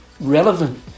relevant